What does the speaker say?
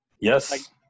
Yes